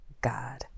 God